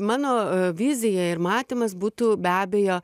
mano vizija ir matymas būtų be abejo